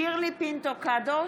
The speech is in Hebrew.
נגד שירלי פינטו קדוש,